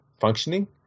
functioning